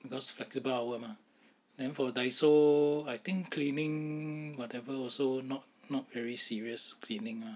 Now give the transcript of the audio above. because flexible hour mah then for daiso I think cleaning whatever also not not very serious cleaning lah